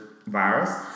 Virus